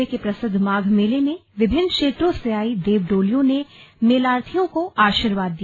जिले के प्रसिद्ध माघ मेले में विभिन्न क्षेत्रों से आयी देव डोलियों ने मेलार्थियों को आशीर्वाद दिया